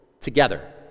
together